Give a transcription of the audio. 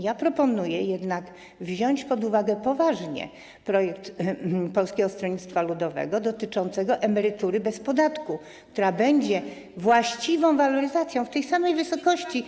Ja proponuję wziąć pod uwagę poważnie projekt Polskiego Stronnictwa Ludowego dotyczący emerytury bez podatku, która będzie właściwą waloryzacją w tej samej wysokości.